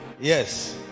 yes